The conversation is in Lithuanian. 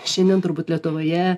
šiandien turbūt lietuvoje